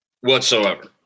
whatsoever